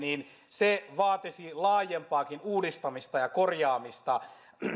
vaatisi laajempaakin uudistamista ja korjaamista